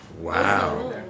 wow